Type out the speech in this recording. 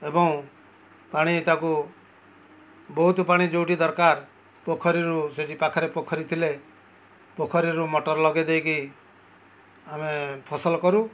ଏବଂ ପାଣି ତାକୁ ବହୁତ ପାଣି ଯେଉଁଠି ଦରକାର ପୋଖରୀରୁ ସେଇଠି ପାଖରେ ପୋଖରୀ ଥିଲେ ପୋଖରୀରୁ ମୋଟର୍ ଲଗାଇ ଦେଇକି ଆମେ ଫସଲ କରୁ